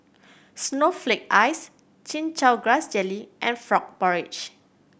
snowflake ice Chin Chow Grass Jelly and frog porridge